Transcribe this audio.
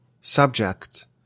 subject